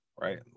right